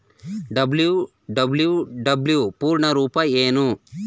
WWW ಪೂರ್ಣ ರೂಪ ಏನು?